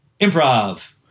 Improv